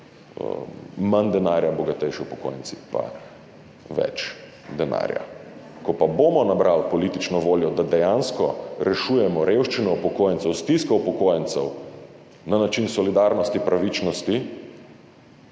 manj denarja, bogatejši upokojenci pa več denarja. Ko bomo nabrali politično voljo, da dejansko rešujemo revščino upokojencev, stisko upokojencev na način solidarnosti, pravičnosti,